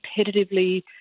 competitively